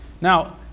Now